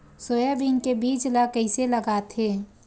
Soybean के बीज ल कइसे लगाथे?